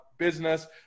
business